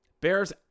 Bears